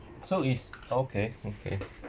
so is okay okay